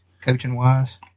coaching-wise